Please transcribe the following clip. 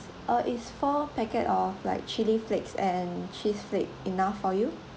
uh it's four packet of like chilli flakes and cheese flake enough for you